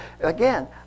Again